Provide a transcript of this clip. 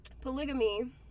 polygamy